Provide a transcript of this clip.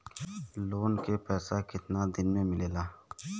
Loan के पैसा कितना दिन मे मिलेला?